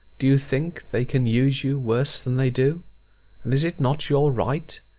do you think they can use you worse than they do? and is it not your right?